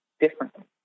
differently